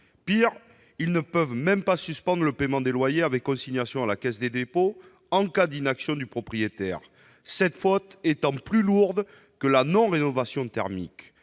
Pis, ils ne peuvent même pas suspendre le paiement des loyers avec consignation à la Caisse des dépôts en cas d'inaction du propriétaire, cette faute étant considérée comme plus lourde que la non-rénovation thermique.